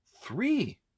three